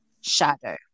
shadow